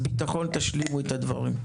ביטחון, תשלימו את הדברים.